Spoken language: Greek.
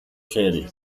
χέρι